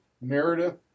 Meredith